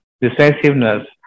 decisiveness